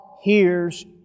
hears